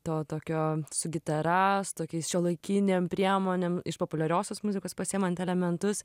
to tokio su gitara su tokiais šiuolaikinėm priemonėm iš populiariosios muzikos pasiimant elementus